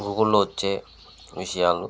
గూగుల్లో వచ్చే విషయాలు